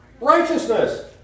righteousness